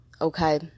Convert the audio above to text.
okay